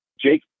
Jake